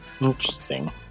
interesting